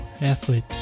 athlete